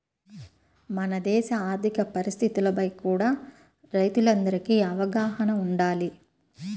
మన దేశ ఆర్ధిక పరిస్థితులపై కూడా రైతులందరికీ అవగాహన వుండాలి